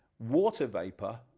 water vapor,